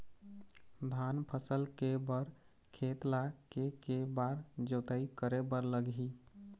धान फसल के बर खेत ला के के बार जोताई करे बर लगही?